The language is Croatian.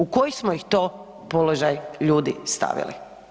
U koji smo ih to položaj ljudi stavili?